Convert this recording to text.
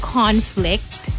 conflict